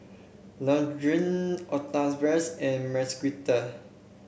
Lourdes Octavius and Marquita